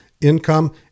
income